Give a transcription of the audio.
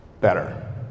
better